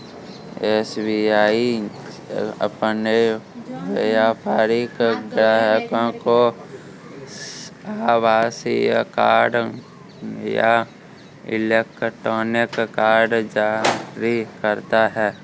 SBI अपने व्यापारिक ग्राहकों को आभासीय कार्ड या इलेक्ट्रॉनिक कार्ड जारी करता है